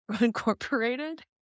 incorporated